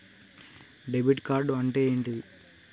Debit card అంటే ఏంటిది?